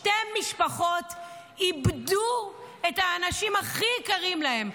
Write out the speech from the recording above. שתי משפחות איבדו את האנשים הכי יקרים להן?